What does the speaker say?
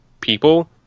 people